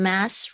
Mass